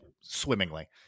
swimmingly